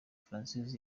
francis